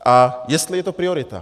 A jestli je to priorita.